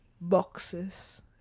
boxes